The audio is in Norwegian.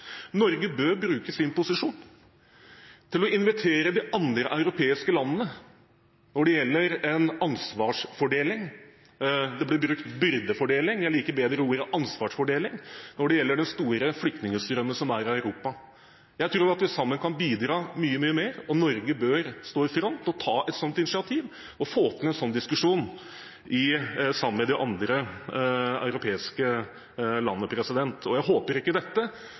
Norge bør bruke sin posisjon til å invitere de andre europeiske landene når det gjelder en ansvarsfordeling – noen bruker ordet «byrdefordeling», men jeg liker bedre ordet «ansvarsfordeling» – når det gjelder den store flyktningstrømmen til Europa. Jeg tror at vi sammen kan bidra mye mer, og Norge bør gå i front og ta et sånt initiativ og få til en sånn diskusjon sammen med de andre europeiske landene. Jeg håper ikke dette